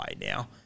now